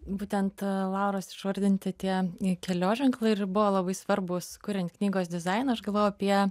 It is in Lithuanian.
būtent lauros išvardinti tie kelio ženklai ir buvo labai svarbūs kuriant knygos dizainą aš galvojau apie